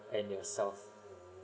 and yourself